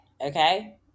okay